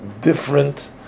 different